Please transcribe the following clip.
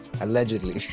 Allegedly